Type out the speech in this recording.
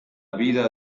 vida